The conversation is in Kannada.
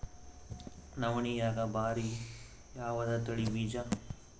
ನವಣಿಯಾಗ ಭಾರಿ ಯಾವದ ತಳಿ ಬೀಜ?